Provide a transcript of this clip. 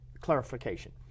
clarification